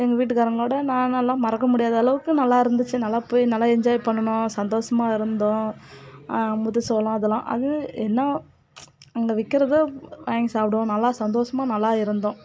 எங்கள் வீட்டுகாரவங்களோட நான் நல்லா மறக்க முடியாத அளவுக்கு நல்லா இருந்துச்சு நல்லா போய் நல்லா என்ஜாய் பண்ணுனோம் சந்தோஷமா இருந்தோம் முத்து சோளம் அதெல்லாம் அது என்ன அங்கே விற்கிறதும் வாங்கி சாப்பிடுவோம் நல்லா சந்தோஷமாக நல்லா இருந்தோம்